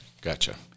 Gotcha